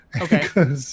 Okay